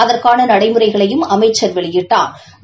அதற்கான நடைமுறைகளையும் அமைச்சா வெளியிட்டா்